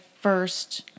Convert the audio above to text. first